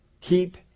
Keep